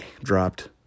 dropped